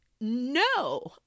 No